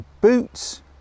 boots